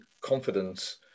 confidence